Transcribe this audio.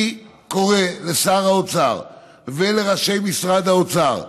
אני קורא לשר האוצר ולראשי משרד האוצר: